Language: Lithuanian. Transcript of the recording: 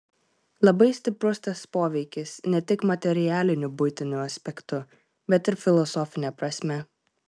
labai stiprus tas poveikis ne tik materialiniu buitiniu aspektu bet ir filosofine prasme